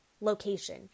location